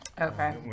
Okay